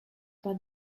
but